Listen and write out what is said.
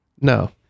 No